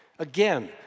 Again